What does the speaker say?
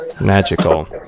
Magical